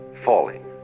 Falling